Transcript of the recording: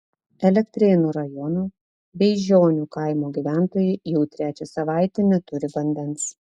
elektrėnų rajono beižionių kaimo gyventojai jau trečią savaitę neturi vandens